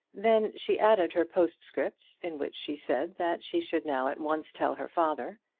then she added her postscript, in which she said that she should now at once tell her father,